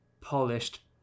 polished